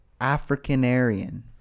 Africanarian